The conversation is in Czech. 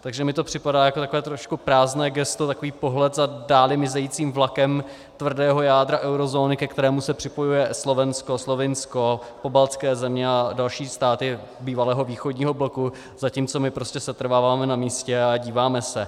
Takže mi to připadá jako takové trošku prázdné gesto, takový pohled za v dáli mizejícím vlakem tvrdého jádra eurozóny, ke kterému se připojuje Slovensko, Slovinsko, pobaltské země a další státy bývalého východního bloku, zatímco my prostě setrváváme na místě a díváme se.